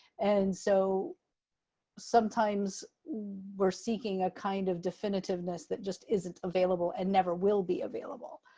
and so sometimes we're seeking ah kind of definitiveness that just isn't available and never will be available.